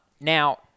now